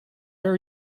are